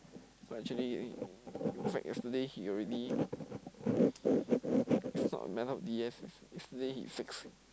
but actually in fact yesterday he already yesterday he six